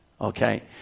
Okay